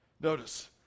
Notice